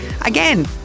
Again